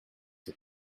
ces